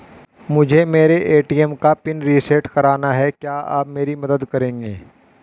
मुझे मेरे ए.टी.एम का पिन रीसेट कराना है क्या आप मेरी मदद करेंगे?